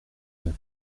neuf